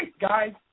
guys